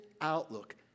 outlook